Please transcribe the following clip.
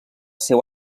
seu